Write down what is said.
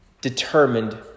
determined